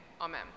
Amen